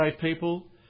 people